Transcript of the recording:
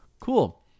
Cool